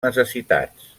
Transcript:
necessitats